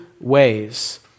ways